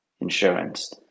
insurance